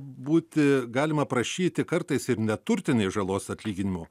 būti galima prašyti kartais ir neturtinės žalos atlyginimo